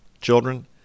children